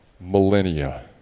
millennia